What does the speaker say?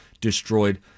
destroyed